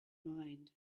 mind